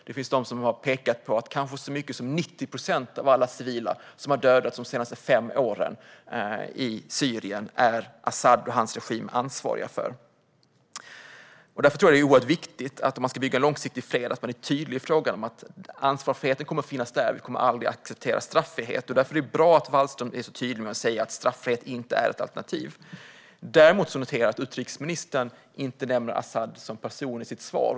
Det finns de som har pekat på att kanske så många som 90 procent av alla civila som har dödats de senaste fem åren i Syrien är Asad och hans regim ansvariga för. Därför tror jag att det är oerhört viktigt - om man ska bygga långsiktig fred - att man är tydlig i frågan om ansvarsfriheten. Vi kommer aldrig att acceptera straffrihet. Det är bra att Wallström är så tydlig med att straffrihet inte är ett alternativ. Däremot noterar jag att utrikesministern inte nämner Asad som person i sitt svar.